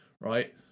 right